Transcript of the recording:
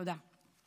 תודה.